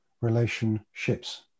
relationships